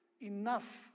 enough